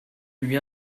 lui